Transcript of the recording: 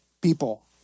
people